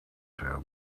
have